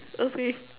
okay